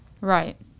right